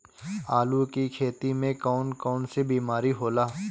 आलू की खेती में कौन कौन सी बीमारी होला?